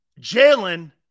Jalen